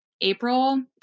April